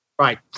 Right